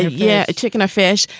yeah, a chicken, a fish.